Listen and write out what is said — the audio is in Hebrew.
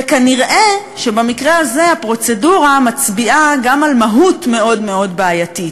וכנראה במקרה הזה הפרוצדורה מצביעה גם על מהות מאוד מאוד בעייתית,